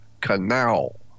canal